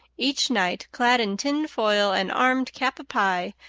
each knight, clad in tin-foil and armed cap-a-pie,